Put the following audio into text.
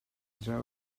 draw